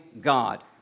God